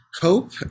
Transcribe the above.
cope